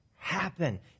happen